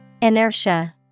Inertia